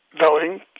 voting